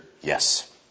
yes